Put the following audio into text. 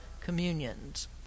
communions